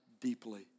deeply